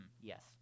Yes